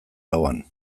ahoan